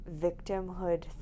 victimhood